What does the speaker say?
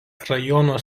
rajono